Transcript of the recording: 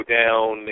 down